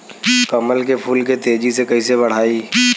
कमल के फूल के तेजी से कइसे बढ़ाई?